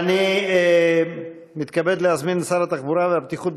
אני מתכבד להזמין את שר התחבורה והבטיחות